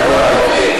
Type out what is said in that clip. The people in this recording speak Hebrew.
חברי,